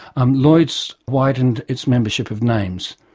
um lloyd's widened its membership of names.